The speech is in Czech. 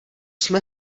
jsme